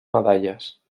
medalles